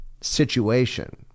situation